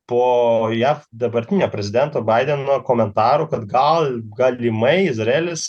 po jav dabartinio prezidento baideno komentarų kad gal galimai izraelis